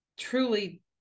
truly